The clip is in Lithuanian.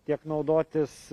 tiek naudotis